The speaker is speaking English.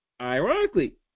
ironically